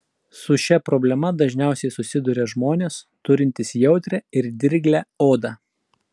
su šia problema dažniausiai susiduria žmonės turintys jautrią ir dirglią odą